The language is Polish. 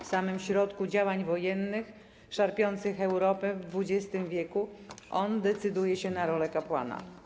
W samym środku działań wojennych szarpiących Europę w XX w. on decyduje się na rolę kapłana.